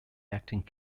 acting